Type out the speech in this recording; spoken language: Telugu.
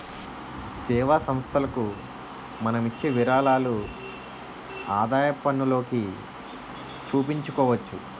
సేవా సంస్థలకు మనం ఇచ్చే విరాళాలు ఆదాయపన్నులోకి చూపించుకోవచ్చు